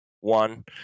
one